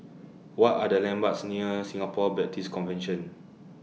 What Are The landmarks near Singapore Baptist Convention